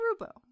Rubo